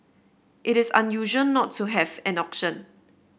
it is unusual not to have an auction